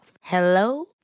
Hello